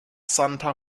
santa